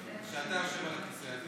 זה שאתה יושב על הכיסא הזה.